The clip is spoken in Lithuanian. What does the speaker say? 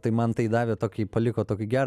tai man tai davė tokį paliko tokį gerą